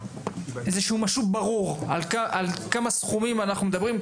משהו ברור על כמה סכומים אנחנו מדברים.